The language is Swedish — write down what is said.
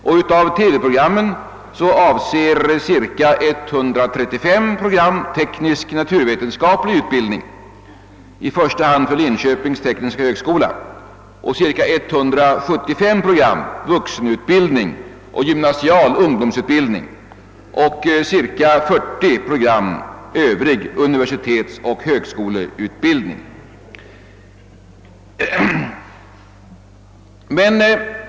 Av TV-programmen avser cirka 135 teknisk-naturvetenskaplig utbildning, i första hand för Linköpings tekniska högskola, cirka 175 vuxenutbildning och gymnasial ungdomsutbildning och cirka 40 övrig universitetsoch högskoleutbildning.